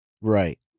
Right